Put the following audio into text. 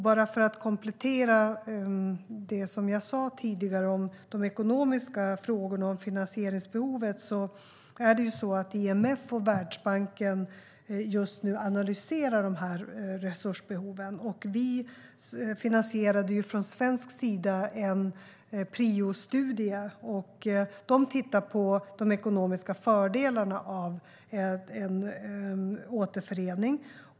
Bara för att komplettera det som jag sa tidigare om de ekonomiska frågorna och finansieringsbehovet analyserar IMF och Världsbanken just nu dessa resursbehov. Vi har från svensk sida finansierat en priostudie som tittade på de ekonomiska fördelarna av en återförening.